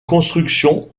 construction